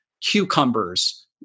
cucumbers